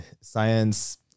science